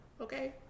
Okay